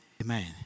Amen